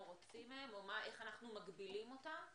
או רוצים מהם או איך אנחנו מגבילים אותם,